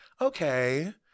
okay